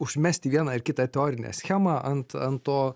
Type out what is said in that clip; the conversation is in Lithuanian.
užmesti vieną ar kitą teorinę schemą ant ant to